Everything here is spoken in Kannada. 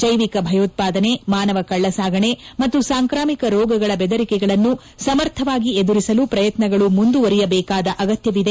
ಜೈವಿಕ ಭಯೋತ್ಪಾದನೆ ಮಾನವ ಕಳ್ಳಸಾಗಣೆ ಮತ್ತು ಸಾಂಕಾಮಿಕ ರೋಗಗಳ ಬೆದರಿಕೆಗಳನ್ನು ಸಮರ್ಥವಾಗಿ ಎದುರಿಸಲು ಪ್ರಯತ್ನಗಳು ಮುಂದುವರಿಯ ಬೇಕಾದ ಅಗತ್ಕವಿದೆ ಎಂದು ಹೇಳಿದ್ದಾರೆ